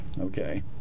Okay